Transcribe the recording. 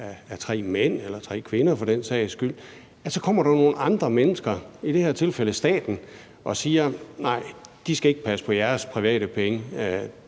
af tre mænd eller tre kvinder for den sags skyld – og at der så kommer nogle andre mennesker, i det her tilfælde staten, og siger: Nej, de skal ikke passe på jeres private penge;